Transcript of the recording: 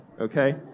okay